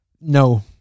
No